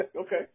okay